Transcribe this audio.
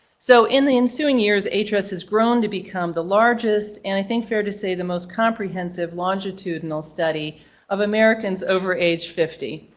so in the ensuing years hrs has grown to become the largest and i think fair to say the most comprehensive longitudinal study of americans over age fifty.